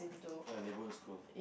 a neighbourhood school